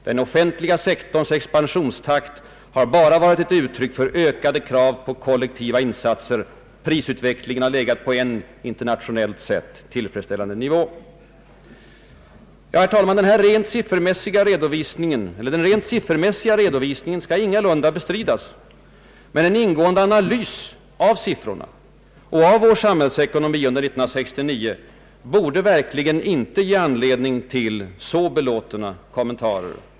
Den offentliga sektorns expansionstakt har bara varit ett uttryck för ökade krav på kollektiva insatser. Prisutvecklingen har legat på en internationellt sett tillfredsställande nivå. Ja, herr talman, denna rent siffermässiga redovisning skall ingalunda bestridas, men en ingående analys av siffrorna och av vår samhällsekonomi under 1969 borde verkligen inte ge anledning till så belåtna kommentarer.